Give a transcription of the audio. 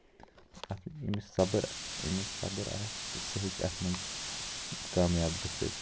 ییٚمِس صبر ییٚمِس صبر آسہِ تہٕ سُہ ہیٚکہِ اَتھ منٛز کامیاب گٔژھِتھ